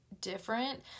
different